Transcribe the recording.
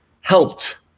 helped